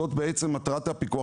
זוהי מטרת הפיקוח.